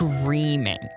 screaming